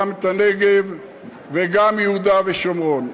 גם את הנגב וגם את יהודה ושומרון.